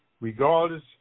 Regardless